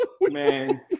man